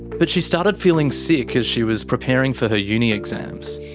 but she started feeling sick as she was preparing for her uni exams.